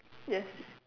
yes